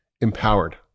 empowered